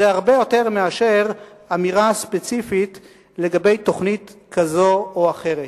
זה הרבה יותר מאשר אמירה ספציפית לגבי תוכנית כזאת או אחרת.